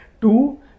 two